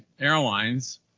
Airlines